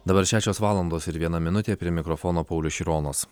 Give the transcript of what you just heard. dabar šešios valandos ir viena minutė prie mikrofono paulius šironas